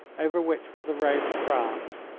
over which was the road to france.